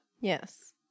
Yes